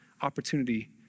opportunity